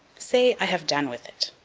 say, i have done with it.